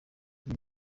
iyi